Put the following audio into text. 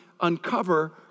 uncover